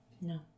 No